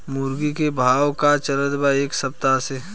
मुर्गा के भाव का चलत बा एक सप्ताह से?